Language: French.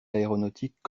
aéronautiques